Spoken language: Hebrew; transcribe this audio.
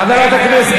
אוקיי.